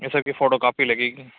یہ سب کی فوٹو کاپی لگے گی